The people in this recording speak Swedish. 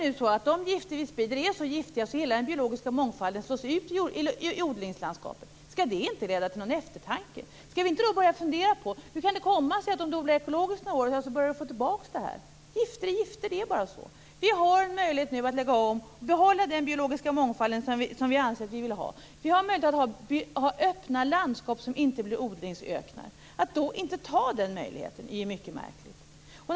Om de gifter som vi sprider är så giftiga att hela den biologiska mångfalden slås ut i odlingslandskapet, skall det då inte leda till någon eftertanke? Skall vi inte då börja fundera på hur det kan komma sig att om man odlar ekologiskt några år börjar man få tillbaks detta? Gifter är gifter. Det är bara så. Nu har vi en möjlighet att lägga om lantbruket och behålla den biologiska mångfald som vi anser att vi vill ha. Vi har en möjlighet att ha öppna landskap som inte blir odlingsöknar. Att då inte ta den möjligheten är mycket märkligt.